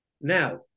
Now